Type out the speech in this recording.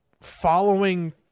following